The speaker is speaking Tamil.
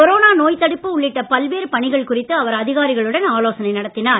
கொரோனா நோய்த் தடுப்பு உள்ளிட்ட பல்வேறு பணிகள் குறித்து அவர் அதிகாரிகளுடன் ஆலோசனை நடத்தினார்